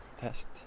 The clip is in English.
test